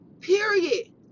period